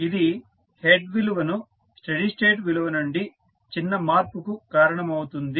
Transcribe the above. ఇది హెడ్ విలువను steady state విలువ నుండి చిన్న మార్పుకు కారణమవుతుంది